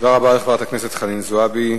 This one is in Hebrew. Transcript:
תודה רבה לחברת הכנסת חנין זועבי.